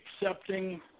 accepting